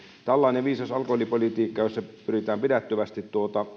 tällainen viisas alkoholipolitiikka jossa pyritään pidättyvästi